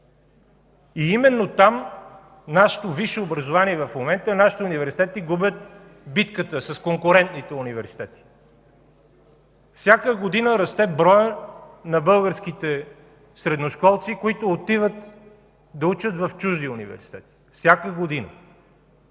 именно там нашето висше образование, нашите университети губят битката с конкурентните университети. Всяка година расте броят на българските средношколци, които отиват да учат в чужди университети. Всяка година!